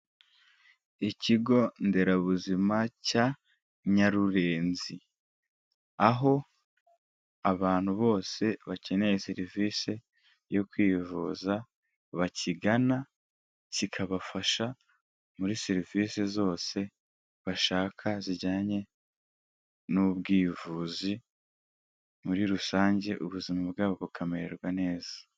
Ikigo nderabuzima cya Nyarurenzi, aho abantu bose bakeneye serivisi yo kwivuza, bakigana kikabafasha muri serivisi zose bashaka zijyanye n'ubwivuzi muri rusange ubuzima bwabo bukamererwa neza.